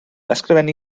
ysgrifennu